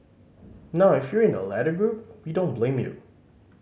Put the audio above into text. now if you're in the latter group we don't blame you